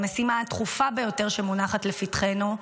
המשימה הדחופה ביותר שמונחת לפתחנו,